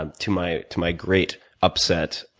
um to my to my great upset,